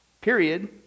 period